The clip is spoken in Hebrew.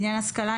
בעניין השכלה,